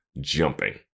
jumping